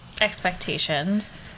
expectations